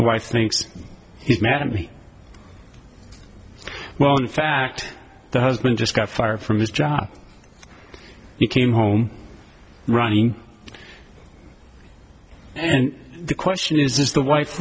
i thinks he's mad at me well in fact the husband just got fired from his job you came home running and the question is is the w